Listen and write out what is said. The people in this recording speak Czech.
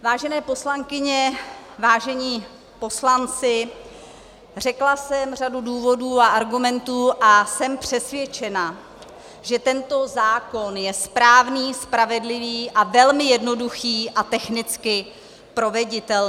Vážené poslankyně, vážení poslanci, řekla jsem řadu důvodů a argumentů a jsem přesvědčena, že tento zákon je správný, spravedlivý a velmi jednoduchý a technicky proveditelný.